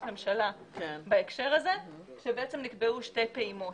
ממשלה בהקשר הזה כשבעצם נקבעו שתי פעימות,